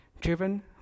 driven